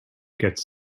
gets